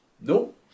No